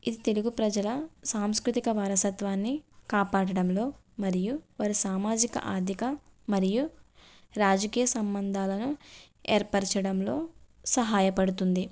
ఇది తెలుగు ప్రజల సాంస్కృతిక వారసత్వాన్ని కాపాడడంలో మరియు వారి సామాజిక ఆర్థిక మరియు రాజకీయ సంబంధాలను ఏర్పరచడంలో సహాయపడుతుంది